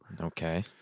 Okay